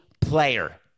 player